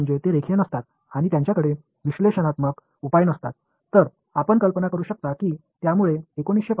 இப்போது இந்த Navier Stokes சமன்பாட்டின் சுவாரஸ்யமான விஷயம் என்னவென்றால் அவை நான் லீனியர் மற்றும் அவற்றில் பகுப்பாய்வு தீர்வுகள் இல்லை